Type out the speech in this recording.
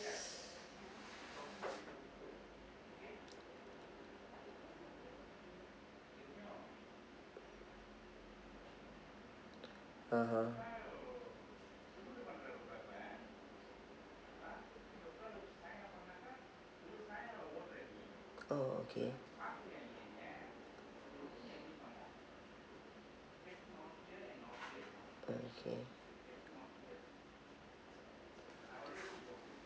(uh huh) oh okay okay